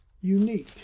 unique